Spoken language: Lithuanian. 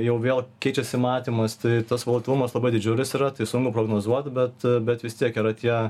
jau vėl keičiasi matymas tai tas volotylumas labai didžiulis yra sunku prognozuot bet bet vis tiek yra tie